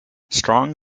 strong